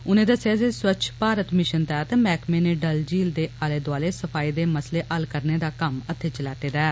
उनें दस्सेआ जे स्वच्छ भारत मिषन तैह्त महकमे नै डल झील दे आले दुआले सफाई दे मसले हल करने दा कम्म हत्थै च लैता ऐ